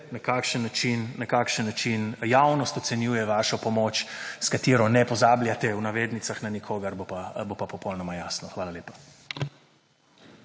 na kakšen način javnost ocenjuje vašo pomoč s katero ne pozabljate v navednica na nikogar bo pa popolnoma jasno. Hvala lepa.